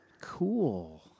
Cool